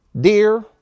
Dear